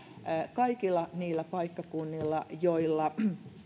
kaikilla niillä paikkakunnilla joilla